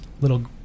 little